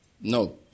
No